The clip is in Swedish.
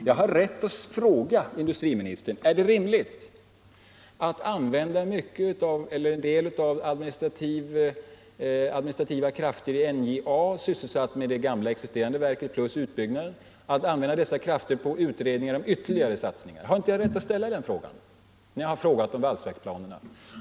Jag har rätt att fråga industriministern: Är det rimligt att använda en del av de administrativa krafterna i NJA, sysselsatta med det existerande verket och med utbyggnaden av detta, till utredningar om ytterligare satsningar? Har jag inte rätt att ställa den frågan när det gäller valsverksplanerna?